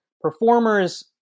performers